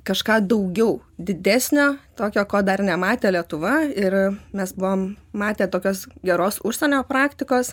kažką daugiau didesnio tokio ko dar nematė lietuva ir mes buvom matę tokios geros užsienio praktikos